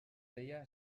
deia